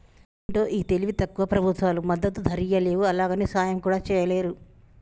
ఏంటో ఈ తెలివి తక్కువ ప్రభుత్వాలు మద్దతు ధరియ్యలేవు, అలాగని సాయం కూడా చెయ్యలేరు